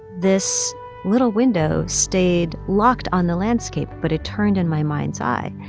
this little window stayed locked on the landscape, but it turned in my mind's eye.